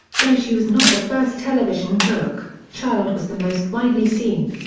though she was not the first television cook, child was the most widely seen.